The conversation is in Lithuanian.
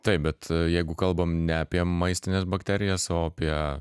taip bet jeigu kalbam ne apie maistines bakterijas o apie